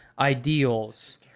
ideals